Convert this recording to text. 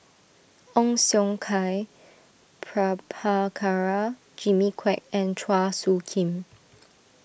Ong Siong Kai Prabhakara Jimmy Quek and Chua Soo Khim